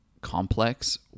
complex